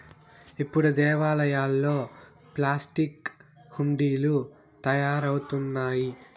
ఇప్పుడు దేవాలయాల్లో ప్లాస్టిక్ హుండీలు తయారవుతున్నాయి